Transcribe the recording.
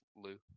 Lou